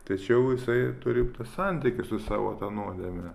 tačiau jisai turi santykį su savo ta nuodėme